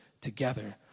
together